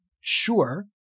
sure